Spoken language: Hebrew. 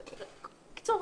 בקיצור,